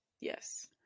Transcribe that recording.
Yes